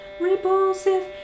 repulsive